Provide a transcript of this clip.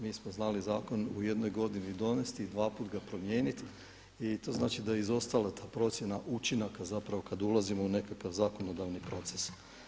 Mi smo znali zakon u jednoj godini donesti i dva put ga promijeniti i to znači da je izostala ta procjena učinaka kada ulazimo u nekakav zakonodavni proces.